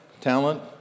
talent